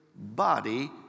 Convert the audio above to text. Body